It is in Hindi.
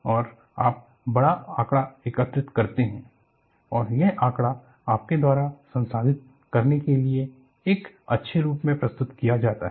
और आप बड़ा आंकड़ा एकत्र करते हैं और यह आंकड़ा आपके द्वारा संसाधित करने के लिए एक अच्छे रूप में प्रस्तुत किया जाता है